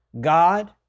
God